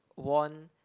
worn